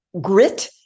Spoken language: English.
grit